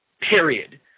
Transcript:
Period